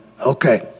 Okay